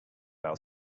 our